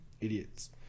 idiots